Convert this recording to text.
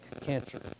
cancer